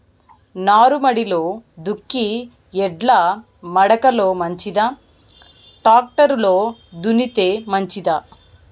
నారుమడిలో దుక్కి ఎడ్ల మడక లో మంచిదా, టాక్టర్ లో దున్నితే మంచిదా?